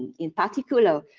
in particular,